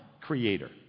creator